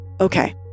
Okay